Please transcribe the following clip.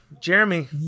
Jeremy